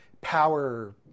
power